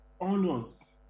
honors